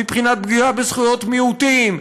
מבחינת פגיעה בזכויות מיעוטים,